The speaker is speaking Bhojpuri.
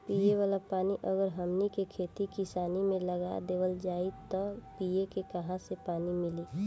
पिए वाला पानी अगर हमनी के खेती किसानी मे लगा देवल जाई त पिए के काहा से पानी मीली